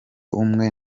umwe